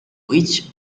which